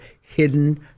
hidden